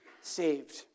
saved